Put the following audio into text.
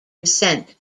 descent